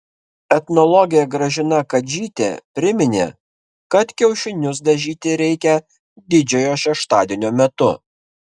etnologė gražina kadžytė priminė kad kiaušinius dažyti reikia didžiojo šeštadienio metu